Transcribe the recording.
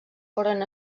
foren